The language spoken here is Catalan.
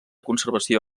conservació